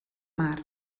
mar